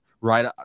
right –